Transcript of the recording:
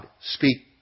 speak